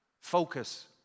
focus